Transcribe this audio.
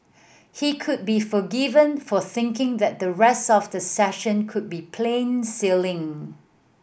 he could be forgiven for thinking that the rest of the session could be plain sailing